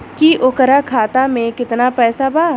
की ओकरा खाता मे कितना पैसा बा?